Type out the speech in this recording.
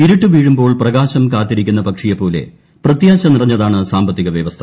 ഇരുട്ട് വീഴുമ്പോൾ പ്രകാശം കാത്തിരിക്കുന്ന പക്ഷിയെപ്പോലെ പ്രത്യാശ നിറഞ്ഞതാണ് സാമ്പത്തിക വൃവസ്ഥ